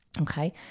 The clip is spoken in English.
Okay